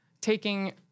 taking